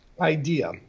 idea